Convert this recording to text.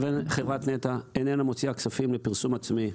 חברת נת"ע איננה מוציאה כספים לפרסום עצמי.